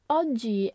oggi